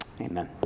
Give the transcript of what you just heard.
amen